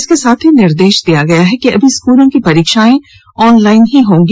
इसके साथ ही निर्देश दिया है कि अभी स्कूलों की परीक्षाएं ऑन लाइन ही होंगी